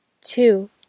two